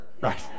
right